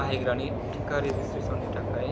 बाहायग्रानि टिका रेजिसट्रेसननि थाखाय